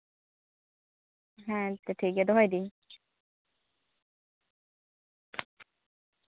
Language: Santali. ᱦᱮᱸ ᱛᱚ ᱴᱷᱤᱠᱜᱮᱭᱟ ᱫᱚᱦᱚᱭ ᱫᱤᱧ